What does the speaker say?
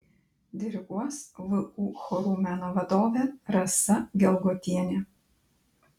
diriguos vu chorų meno vadovė rasa gelgotienė